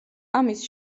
ამის